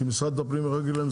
כי זה משרד הפנים לא יגיד להם,